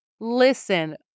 Listen